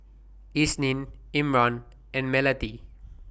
Isnin Imran and Melati